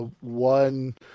One